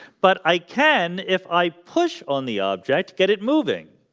but i can if i push on the object get it moving